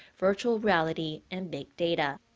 virtual reality and big data.